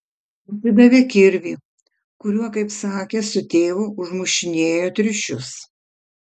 atidavė kirvį kuriuo kaip sakė su tėvu užmušinėjo triušius